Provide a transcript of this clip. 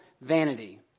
vanity